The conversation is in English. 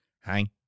Hang